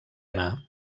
anà